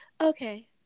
Okay